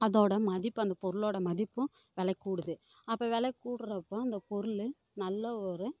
அதோடய மதிப்பு அந்த பொருளோடய மதிப்பும் வெலை கூடுது அப்போது வெலை கூடுறப்போ அந்த பொருள் நல்ல ஒரு